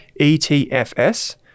ETFS